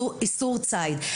איסור ציד.